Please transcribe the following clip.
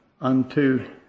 unto